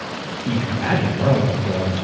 you can imagine a world in which they're like,